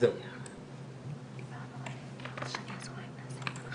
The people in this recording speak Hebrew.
לומר שבהחלט שר הבריאות ששם לנגד עיניו את נושא